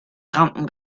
rampen